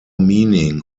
meaning